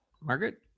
Margaret